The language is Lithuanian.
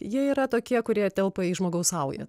jie yra tokie kurie telpa į žmogaus saują